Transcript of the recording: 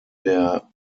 der